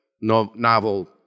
novel